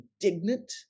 indignant